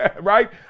right